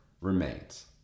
remains